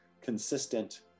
consistent